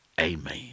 Amen